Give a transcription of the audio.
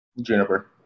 juniper